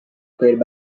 created